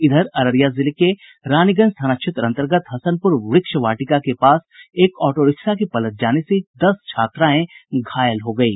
इधर अररिया जिले में रानीगंज थाना क्षेत्र अंतर्गत हसनपुर वृक्ष वाटिका के पास एक ऑटोरिक्शा के पलट जाने से दस छात्रायें घायल हो गयी